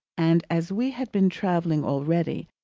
and as we had been travelling already,